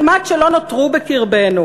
כמעט שלא נותרו בקרבנו.